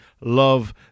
love